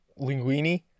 Linguini